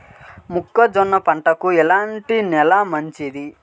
మొక్క జొన్న పంటకు ఎలాంటి నేల మంచిది?